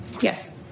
Yes